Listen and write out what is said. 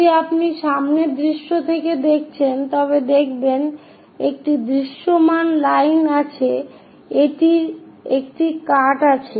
যদি আপনি সামনের দৃশ্য থেকে দেখছেন তবে দেখবেন একটি দৃশ্যমান লাইন আছে এটির একটি কাট আছে